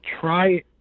try